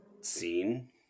scene